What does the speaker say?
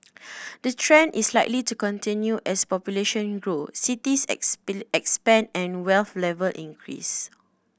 the trend is likely to continue as population grow cities expand and wealth level increase